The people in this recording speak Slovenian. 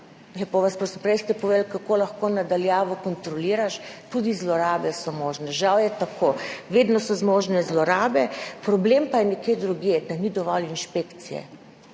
lepo vas prosim, prej ste povedali, kako lahko na daljavo kontroliraš. Tudi zlorabe so možne, žal je tako. Vedno so možne zlorabe. Problem pa je nekje drugje, da ni dovolj inšpekcije.